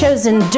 Chosen